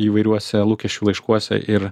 įvairiuose lūkesčių laiškuose ir